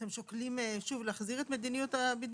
אתם שוקלים שוב להחזיר את מדיניות הבידודים?